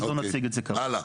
אז נמשיך הלאה.